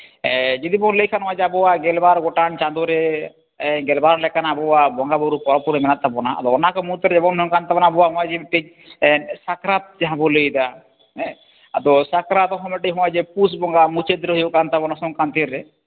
ᱡᱩᱫᱤ ᱵᱚᱱ ᱞᱟᱹᱭ ᱠᱷᱟᱱ ᱱᱚᱜᱼᱚᱭ ᱡᱮ ᱟᱵᱚᱣᱟᱜ ᱜᱮᱞᱵᱟᱨ ᱜᱚᱴᱟᱝ ᱪᱟᱸᱫᱚ ᱨᱮ ᱜᱮᱞᱵᱟᱨ ᱞᱮᱠᱟ ᱟᱵᱚᱣᱟᱜ ᱵᱚᱸᱜᱟ ᱵᱩᱨᱩ ᱯᱚᱨ ᱯᱚᱨ ᱜᱮ ᱢᱮᱱᱟᱜ ᱛᱟᱵᱚᱱᱟ ᱟᱫᱚ ᱚᱠ ᱢᱩᱫᱽᱨᱮ ᱮᱢᱚᱱ ᱱᱚᱝᱠᱟᱱ ᱛᱟᱵᱚᱱᱟ ᱟᱵᱚᱣᱟᱜ ᱱᱚᱜᱼᱚ ᱡᱮ ᱢᱤᱫᱴᱤᱡ ᱥᱟᱠᱨᱟᱛ ᱡᱟᱦᱟᱸ ᱵᱚᱱ ᱞᱟᱹᱭᱮᱫᱟ ᱟᱫᱚ ᱥᱟᱠᱨᱟᱛ ᱦᱚᱸ ᱟᱹᱰᱤ ᱡᱮ ᱦᱚᱸᱜᱼᱚᱭ ᱡᱮ ᱯᱩᱥ ᱵᱚᱸᱜᱟ ᱢᱩᱪᱟᱹᱫ ᱨᱮ ᱦᱩᱭᱩᱜ ᱠᱟᱱ ᱛᱟᱵᱚᱱᱟ ᱥᱚᱝᱠᱟᱱᱛᱤ ᱨᱮ